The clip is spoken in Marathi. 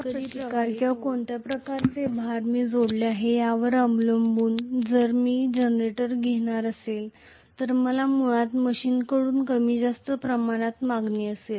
कोणत्या प्रकारचा रेझिस्टन्स किंवा कोणत्या प्रकारचे भार मी जोडला आहे यावर अवलंबून जर मी जनरेटर घेणार असेल तर मला मुळात मशीनकडून कमी जास्त प्रमाणात मागणी असेल